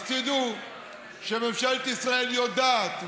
אז תדעו שממשלת ישראל יודעת,